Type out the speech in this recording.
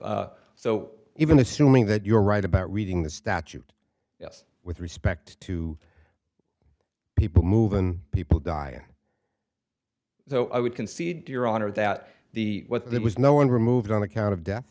so even assuming that you're right about reading the statute yes with respect to people moving people die in so i would concede to your honor that the what there was no one removes on account of death